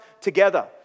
together